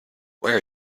where